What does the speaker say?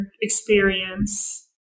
experience